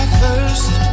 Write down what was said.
first